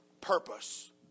purpose